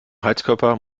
heizkörper